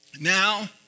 Now